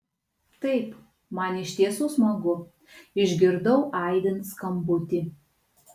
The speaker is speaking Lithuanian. taip man iš tiesų smagu išgirdau aidint skambutį